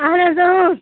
اَہن حظ